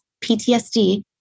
PTSD